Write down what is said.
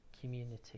community